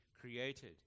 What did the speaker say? created